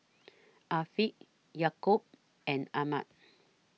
Afiq Yaakob and Ahmad